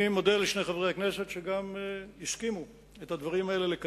אני מודה לשני חברי הכנסת שגם הסכימו לקדם